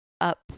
up